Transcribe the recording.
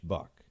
Buck